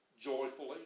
joyfully